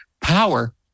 power